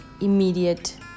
immediate